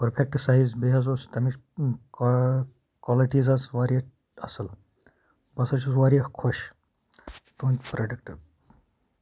perfect size بیٚیہِ حظ اوس تَمِچ کا کالِٹیٖز أسۍ واریاہ اَصٕل بہٕ ہَسا چھُس واریاہ خۄش تُہِنٛدۍ پرٛوٚڈکٹ